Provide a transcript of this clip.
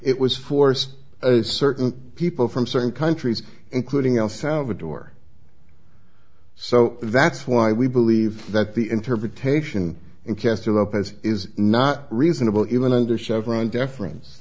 it was force certain people from certain countries including el salvador so that's why we believe that the interpretation and cast it up as is not reasonable even under chevron deference